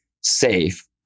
safe